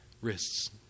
wrists